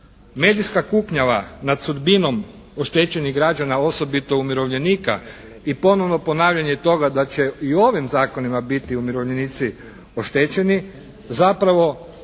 Medijska kupnjava nad sudbinom oštećenih građana, osobito umirovljenika i ponovno ponavljanje toga da će i ovim zakonima biti umirovljenici oštećeni, zapravo